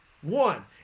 One